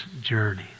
journey